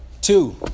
Two